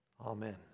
Amen